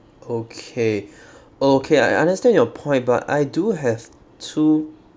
okay okay I understand your point but I do have two